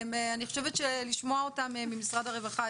אני חושבת שלשמוע אותם ממשרד הרווחה,